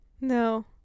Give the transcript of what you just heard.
No